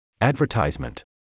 Advertisement